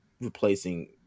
replacing